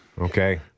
Okay